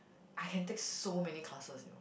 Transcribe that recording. I can take so many classes you know